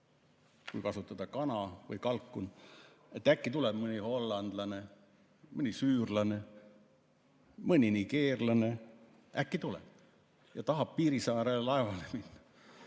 kui kasutada sõna "kana" või "kalkun". Et äkki tuleb mõni hollandlane, mõni süürlane, mõni nigeerlane, äkki tuleb ja tahab Piirissaare laevale [tööle